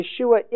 Yeshua